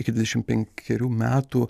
iki dvidešim penkerių metų